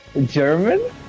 German